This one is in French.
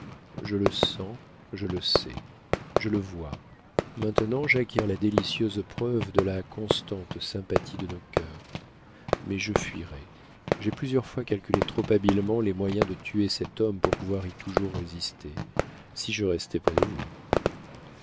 je le sens je le sais je le vois maintenant j'acquiers la délicieuse preuve de la constante sympathie de nos cœurs mais je fuirai j'ai plusieurs fois calculé trop habilement les moyens de tuer cet homme pour pouvoir y toujours résister si je restais près de vous